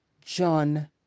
John